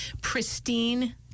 pristine